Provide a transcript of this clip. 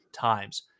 times